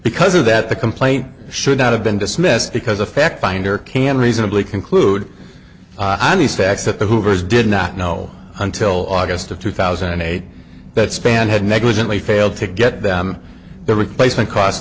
because of that the complaint should not have been dismissed because effect finder can reasonably conclude i need facts that the hoovers did not know until august of two thousand and eight that span had negligently failed to get them the replacement cost